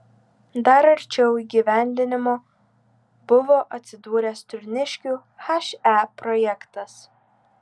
dar arčiau įgyvendinimo buvo atsidūręs turniškių he projektas